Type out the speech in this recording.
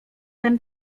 ten